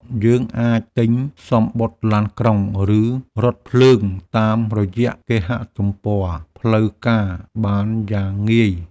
យើងអាចទិញសំបុត្រឡានក្រុង ឬរថភ្លើងតាមរយៈគេហទំព័រផ្លូវការបានយ៉ាងងាយ។